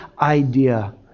idea